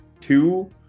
two